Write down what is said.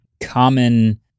common